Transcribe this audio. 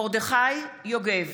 מרדכי יוגב,